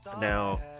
now